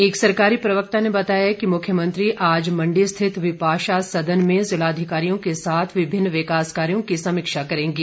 एक सरकारी प्रवक्ता ने बताया कि मुख्यमंत्री आज मंडी स्थित विपाशा सदन में जिला अधिकारियों के साथ चल रहे विभिन्न विकास कार्यो की समीक्षा करेंगे